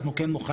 אנחנו כן מוכנים,